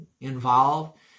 involved